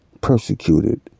persecuted